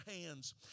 hands